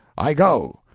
i go.